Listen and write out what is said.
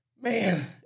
Man